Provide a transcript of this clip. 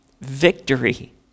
victory